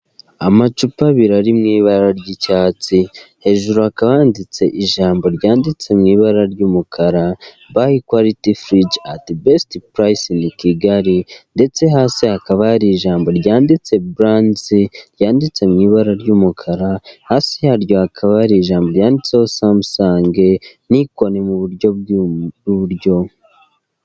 Amacupa abiri ari mu ibara ry'icyatsi, hejuru hakaba handitse ijambo ryanditse mu ibara ry'umukara bayi kwaliti furije ati besiti purayisi ini Kigali ndetse hasi hakaba hari ijambo ryanditse burandizi ryanditse mu ibara ry'umukara, hasi yaryo hakaba hari ijambo ryanditseho samusange nikoni mu buryo bw'iburyo.